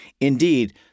Indeed